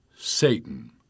Satan